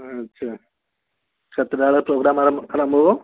ଆଚ୍ଛା ସାତେଟା ବେଳେ ପ୍ରୋଗ୍ରାମ୍ ଆରମ୍ଭ ଆରମ୍ଭ ହେବ